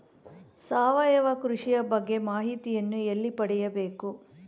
ಸಾವಯವ ಕೃಷಿಯ ಬಗ್ಗೆ ಮಾಹಿತಿಯನ್ನು ಎಲ್ಲಿ ಪಡೆಯಬೇಕು?